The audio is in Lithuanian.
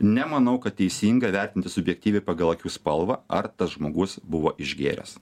nemanau kad teisinga vertinti subjektyviai pagal akių spalvą ar tas žmogus buvo išgėręs